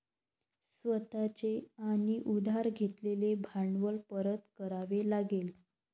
स्वतः चे आणि उधार घेतलेले भांडवल परत करावे लागेल